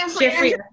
Jeffrey